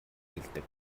хэлдэг